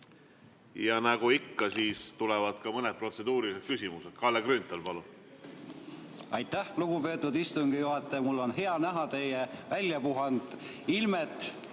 Nagu ikka, nüüd tulevad ka mõned protseduurilised küsimused. Kalle Grünthal, palun! Aitäh, lugupeetud istungi juhataja! Mul on hea näha teie väljapuhanud ilmet.